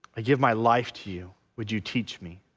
i give my life to you would you teach me